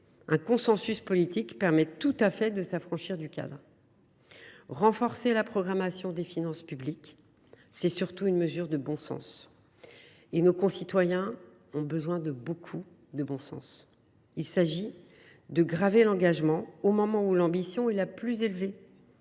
un consensus politique permet tout à fait de s’affranchir de ce cadre. Renforcer la programmation des finances publiques, c’est surtout une mesure de bon sens – et nos concitoyens ont fortement besoin de bon sens. Il s’agit de graver l’engagement au moment où l’ambition est la plus élevée.